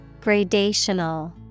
Gradational